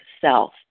self